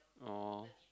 oh